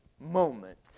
moment